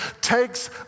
takes